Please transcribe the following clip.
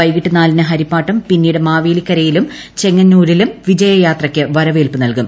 വൈകിട്ട് നാലിന് ഹരിപ്പാട്ടും പിന്നീട് മാവേലിക്കരയിലും ചെങ്ങന്നൂരിലും വിജയയാത്രയ്ക്ക് വരവേൽപ്പ് നൽകും